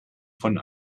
von